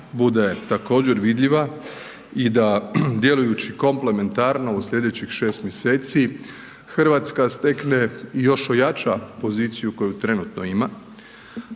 bude također vidljiva i da djelujući komplementarno u sljedećih šest mjeseci Hrvatska stekne i još ojača poziciju koju trenutno ima.